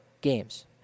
games